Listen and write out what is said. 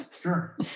Sure